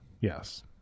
Yes